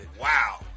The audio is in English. Wow